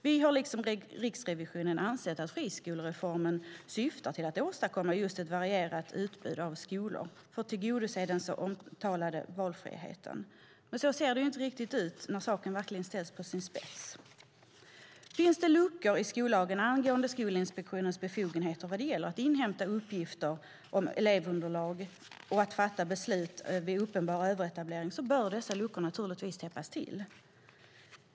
Vi har liksom Riksrevisionen ansett att friskolereformen syftat till att åstadkomma ett varierat utbud av skolor, för att tillgodose den så omtalade valfriheten. Men så ser det inte ut när saken verkligen ställs på sin spets. Finns det luckor i skollagen angående Skolinspektionens befogenheter vad gäller att inhämta uppgifter om elevunderlag och att fatta beslut vid uppenbar överetablering bör dessa luckor naturligtvis täppas till.